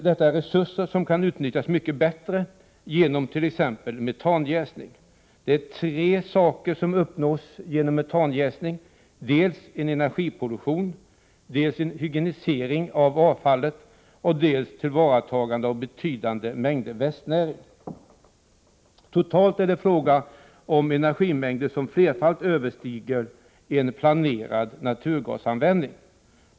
Detta är resurser som kan utnyttjas mycket bättre genom t.ex. metanjäsning. Tre fördelar uppnås med metanjäsning: dels när det gäller energiproduktionen, dels när det gäller en hygienisering av avfallet, dels när det gäller ett tillvaratagande av betydande mängder växtnäring. Totalt är det fråga om energimängder som flerfallt överstiger planerad naturgasanvändning.